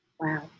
Wow